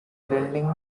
lending